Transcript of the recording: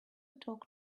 talk